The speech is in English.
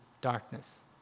darkness